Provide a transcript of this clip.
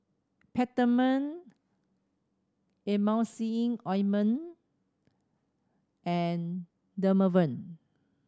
Peptamen Emulsying Ointment and Dermaveen